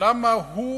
למה הוא